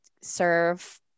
serve